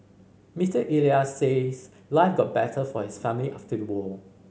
Mister Elias says life got better for his family after the war